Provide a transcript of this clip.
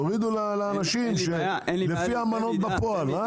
תורידו לאנשים לפי המנות בפועל.